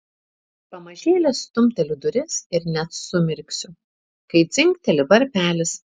pamažėle stumteliu duris ir net sumirksiu kai dzingteli varpelis